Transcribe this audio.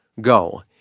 Go